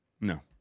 No